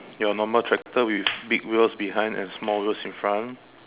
your normal tractor with big wheels behind and small wheels in front